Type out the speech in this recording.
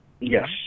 Yes